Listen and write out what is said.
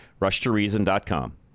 RushToReason.com